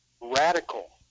radical